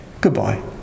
Goodbye